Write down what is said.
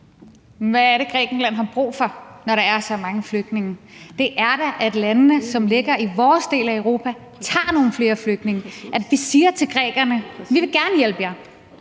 hvad er det, Grækenland har brug for, når der er så mange flygtninge? Det er da, at landene, som ligger i vores del af Europa, tager nogle flere flygtninge, at vi siger til grækerne: Vi vil gerne hjælpe jer;